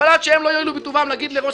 אבל עד שהם לא יואילו בטובם להגיד לראש